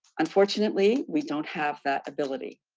unfortunately we don't have that ability.